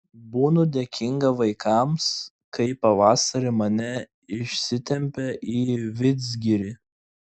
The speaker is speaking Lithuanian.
būnu dėkinga vaikams kai pavasarį mane išsitempia į vidzgirį